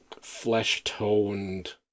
flesh-toned